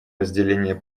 разделения